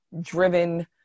driven